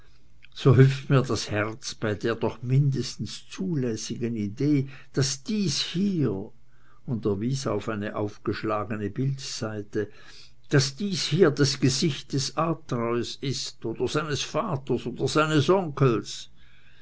so hüpft mir das herz bei der doch mindestens zulässigen idee daß dies hier und er wies auf eine aufgeschlagene bildseite daß dies hier das gesicht des atreus ist oder seines vaters oder seines onkels